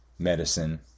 medicine